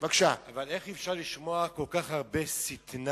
אבל איך אפשר לשמוע כל כך הרבה שטנה,